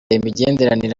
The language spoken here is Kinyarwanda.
imigenderanire